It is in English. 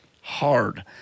hard